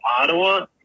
Ottawa